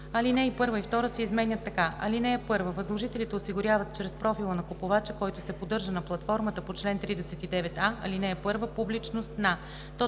Алинеи 1 и 2 се изменят така: „(1) Възложителите осигуряват чрез профила на купувача, който се поддържа на платформата по чл. 39а, ал. 1, публичност на: